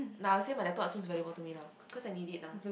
now I would say my laptop feels very important to me now because I need it now